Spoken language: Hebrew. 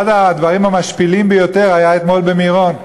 אחד הדברים המשפילים ביותר היה אתמול במירון.